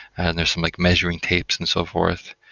and there's some like measuring tapes and so forth,